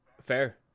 Fair